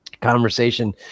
conversation